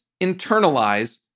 internalize